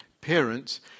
parents